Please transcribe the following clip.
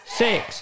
six